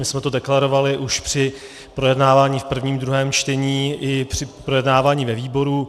My jsme to deklarovali už při projednávání v první i druhém čtení i při projednávání ve výboru.